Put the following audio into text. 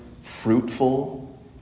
fruitful